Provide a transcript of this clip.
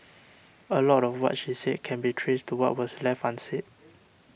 a lot of what she said can be traced to what was left unsaid